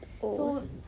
oh